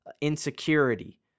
insecurity